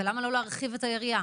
ולמה לא להרחיב את היריעה,